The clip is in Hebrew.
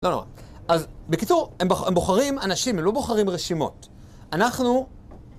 לא, לא. אז, בקיצור, הם בוחרים אנשים, הם לא בוחרים רשימות. אנחנו...